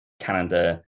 Canada